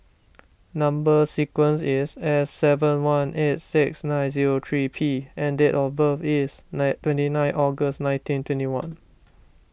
Number Sequence is S seven one eight six nine zero three P and date of birth is nine twenty nine August nineteen twenty one